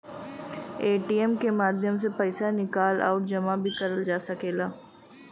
ATM के माध्यम से पइसा निकाल आउर जमा भी करल जा सकला